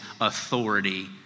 authority